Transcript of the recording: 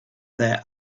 their